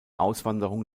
auswanderung